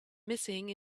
missing